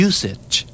Usage